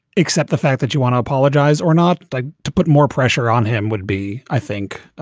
except the fact that you want to apologize or not like to put more pressure on him would be, i think,